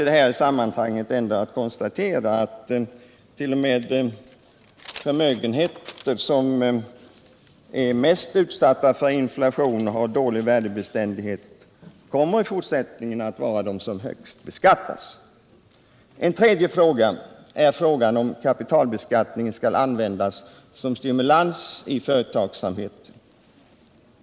Det är i sammanhanget intressant att konstatera att de förmögenheter som är mest utsatta för inflation och dålig värdebeständighet i fortsättningen kommer att vara de högst beskattade. En tredje fråga är om kapitalbeskattningen skall användas som instrument för att stimulera företagsamheten.